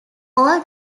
all